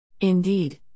Indeed